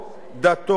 מקום מגוריו,